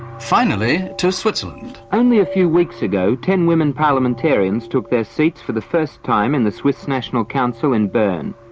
finally, to switzerland. only a few weeks ago, ten women parliamentarians took their seats for the first time in the swiss national council in berne.